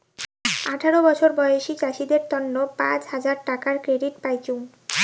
আঠারো বছর বয়সী চাষীদের তন্ন পাঁচ হাজার টাকার ক্রেডিট পাইচুঙ